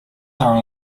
are